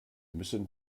müssen